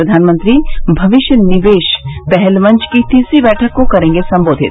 प्रधानमंत्री भविष्य निवेश पहल मंच की तीसरी बैठक को करेंगे सम्बोधित